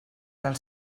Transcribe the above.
del